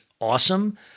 awesome